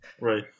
Right